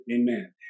amen